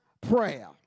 prayer